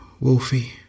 Wolfie